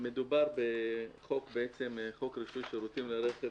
מדובר בחוק רישוי שירותים ורכב